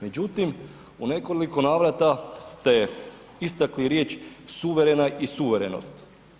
Međutim, u nekoliko navrata ste istakli riječ suverena i suverenost.